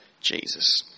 Jesus